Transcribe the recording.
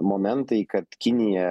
momentai kad kinija